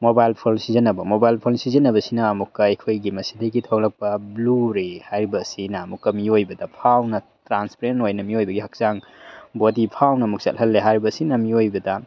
mobile phone ꯁꯤꯖꯤꯟꯅꯕ mobile phone ꯁꯤꯖꯤꯟꯅꯕꯁꯤꯅ ꯑꯃꯨꯛꯀ ꯑꯩꯈꯣꯏꯒꯤ ꯃꯁꯤꯗꯒꯤ ꯊꯣꯛꯂꯛꯄ ꯕ꯭ꯂꯨ ꯔꯦ ꯍꯥꯏꯔꯤꯕ ꯑꯁꯤꯅ ꯑꯃꯨꯛꯀ ꯃꯤꯑꯣꯏꯕꯗ ꯐꯥꯎꯅ ꯇ꯭ꯔꯥꯟꯁꯄꯔꯦꯟ ꯑꯣꯏꯅ ꯃꯤꯑꯣꯏꯕꯒꯤ ꯍꯛꯆꯥꯡ ꯕꯣꯗꯤ ꯐꯥꯎꯅ ꯑꯃꯨꯛ ꯆꯠꯍꯜꯂꯦ ꯍꯥꯏꯔꯤꯕꯁꯤꯅ ꯃꯤꯑꯣꯏꯕꯗ